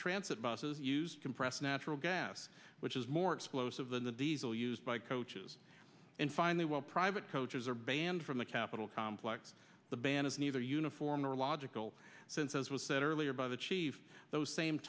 city's ansett buses use compressed natural gas which is more explosive than the diesel used by coaches and finally well private coaches are banned from the capitol complex the ban is neither uniform neurological since as was said earlier by the chief those same